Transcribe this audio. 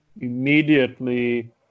immediately